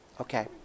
Okay